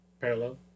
Parallel